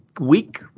week